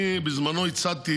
בזמנו הצעתי,